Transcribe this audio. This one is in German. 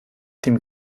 dem